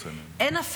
אין תקציבים מספיקים,